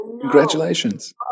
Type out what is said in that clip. Congratulations